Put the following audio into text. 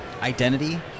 identity